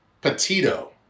Petito